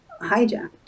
hijacked